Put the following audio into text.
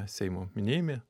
seimo minėjime